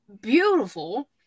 Beautiful